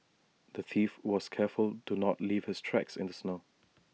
the thief was careful to not leave his tracks in the snow